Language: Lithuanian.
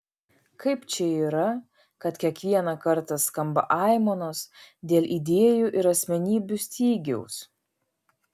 kaip čia yra kad kiekvieną kartą skamba aimanos dėl idėjų ir asmenybių stygiaus